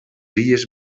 illes